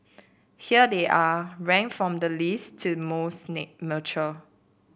here they are ranked from the least to most mature